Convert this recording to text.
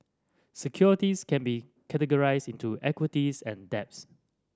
securities can be categorized into equities and debts